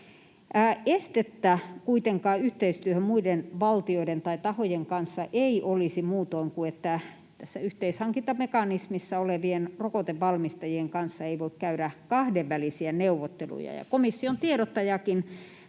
Estettä kuitenkaan yhteistyöhön muiden valtioiden tai tahojen kanssa ei olisi muutoin kuin että tässä yhteishankintamekanismissa olevien rokotevalmistajien kanssa ei voi käydä kahdenvälisiä neuvotteluja,